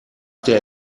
der